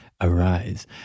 arise